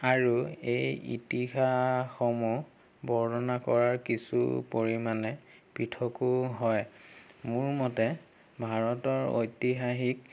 আৰু এই ইতিহাসসমূহ বৰ্ণনা কৰাৰ কিছু পৰিমাণে পৃথকো হয় মোৰ মতে ভাৰতৰ ঐতিহাসিক